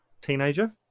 teenager